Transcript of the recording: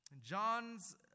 John's